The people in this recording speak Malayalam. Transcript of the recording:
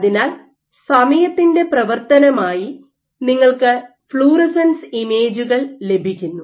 അതിനാൽ സമയത്തിന്റെ പ്രവർത്തനമായി നിങ്ങൾക്ക് ഫ്ലൂറസെൻസ് ഇമേജുകൾ ലഭിക്കുന്നു